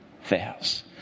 fails